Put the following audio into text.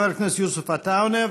חבר הכנסת יוסף עטאונה,